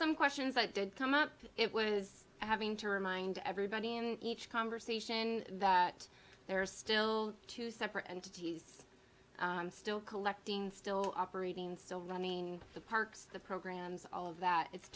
some questions that did come up it was having to remind everybody and each conversation that there's still two separate entities still collecting still operating still running the parks the programs all of that it's